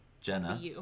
Jenna